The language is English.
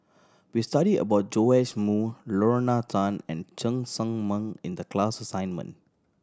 we studied about Joash Moo Lorna Tan and Cheng Tsang Man in the class assignment